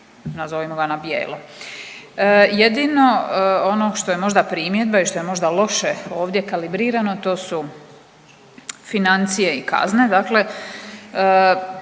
nazovimo ga na bijelo. Jedino ono što je možda primjedba i što je možda loše ovdje kalibrirano to su financije i kazne.